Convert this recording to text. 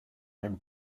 from